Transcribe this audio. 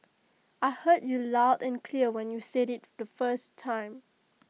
I heard you loud and clear when you said IT the first time